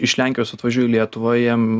iš lenkijos atvažiuoja į lietuvą jiem